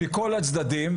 מכל הצדדים.